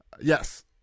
Yes